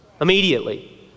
immediately